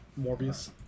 Morbius